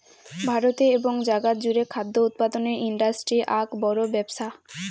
ভারতে এবং জাগাত জুড়ে খাদ্য উৎপাদনের ইন্ডাস্ট্রি আক বড় ব্যপছা